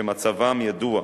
שמצבם ידוע,